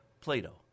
Plato